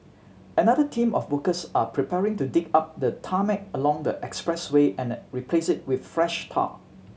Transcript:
another team of workers are preparing to dig up the tarmac along the expressway and replace it with fresh tar